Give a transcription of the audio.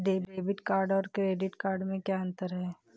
Debit card और credit card में क्या अंतर है?